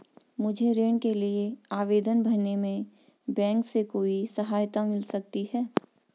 मुझे ऋण के लिए आवेदन भरने में बैंक से कोई सहायता मिल सकती है?